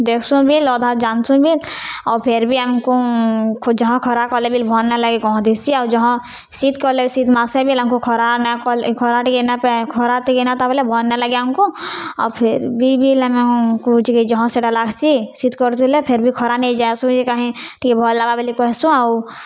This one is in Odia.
ଦେଖ୍ସୁଁ ବିଲ୍ ଅଧା ଜାନ୍ସୁଁ ବିଲ୍ ଆଉ ଫେର୍ ବି ଆମ୍କୁ ଖୋ ଜହ ଖରା କଲେ ବିଲ୍ ଭଲ୍ ନାଇଁଲାଗେ ଗହଦିସି ଆଉ ଜହ ଶୀତ୍ କଲେ ଶୀତ୍ ମାସେ ବିଲ୍ ଆମ୍କୁ ଖରା ନା କଲେ ଖରା ଟିକେ ନାପାଏ ଖରା ଟିକେ ନା ତାପ୍ଲେ ଭଲ୍ ନାଇଁଲାଗେ ଆମ୍କୁ ଆଉ ଫେର୍ ବି ବିଲ୍ ଆମ୍କୁ ଯହ ସେଟା ଲାଗ୍ସି ଶୀତ୍ କରିଥିଲେ ଫେର୍ ବି ଖରା ନିକେଯାଏସୁଁ କାହିଁ ଟିକେ ଭଲ୍ ଲାଗ୍ବା ବଲି କହେସୁଁ ଆଉ